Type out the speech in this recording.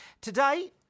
Today